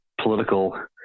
political